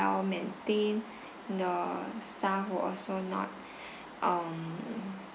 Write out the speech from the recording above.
well-maintained the staff was also not um